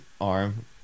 arm